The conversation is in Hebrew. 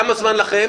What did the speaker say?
כמה זמן לכם?